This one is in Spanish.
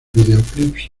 videoclips